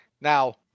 Now